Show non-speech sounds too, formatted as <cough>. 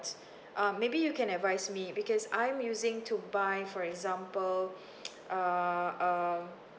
um maybe you can advise me because I'm using to buy for example <breath> <noise> uh uh